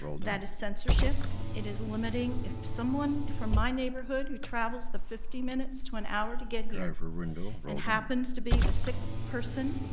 that is censorship, it is limiting. if someone from my neighborhood who travels the fifty minutes to an hour to get here and happens to be the sixth person,